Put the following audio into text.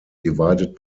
divided